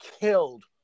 killed